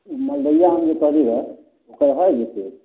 ई मलदहिया हम जे कहली हँ ओकर है